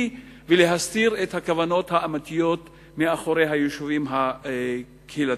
ולהסתיר את הכוונות האמיתיות שמאחורי היישובים הקהילתיים.